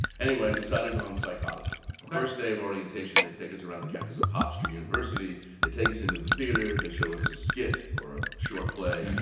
anyway, i decided on psychology ok the first day of orientation, they take us around the campus of hofstra university. they take us into the theater. they show us a skit or a short play,